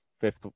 fifth